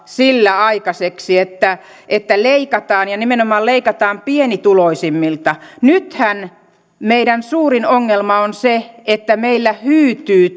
sillä aikaiseksi että että leikataan ja nimenomaan leikataan pienituloisimmilta nythän meidän suurin ongelma on se että meillä hyytyy